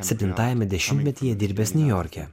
septintajame dešimtmetyje dirbęs niujorke